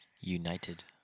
United